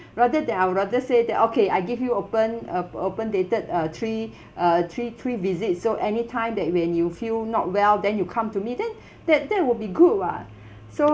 rather than I would rather say that okay I give you open uh open dated uh three uh three three visits so anytime that when you feel not well then you come to me then that that would be good [what] so